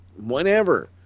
whenever